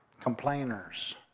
Complainers